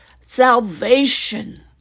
salvation